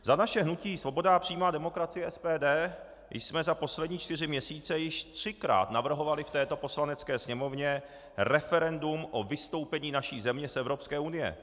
Za naše hnutí Svoboda a přímá demokracie SPD jsme za poslední čtyři měsíce již třikrát navrhovali v této Poslanecké sněmovně referendum o vystoupení naší země z Evropské unie.